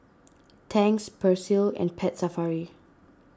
Tangs Persil and Pet Safari